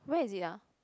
where is it ah